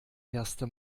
erste